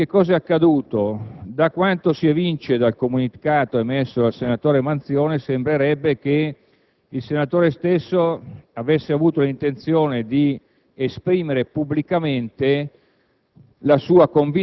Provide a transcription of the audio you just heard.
ne deve essere edotta. Da quanto si evince dal comunicato emesso dal senatore Manzione, sembrerebbe che il senatore stesso avesse avuto l'intenzione di esprimere pubblicamente